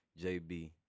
JB